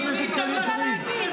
נתניהו מינה עציץ.